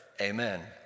Amen